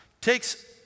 takes